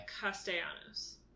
Castellanos